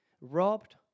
robbed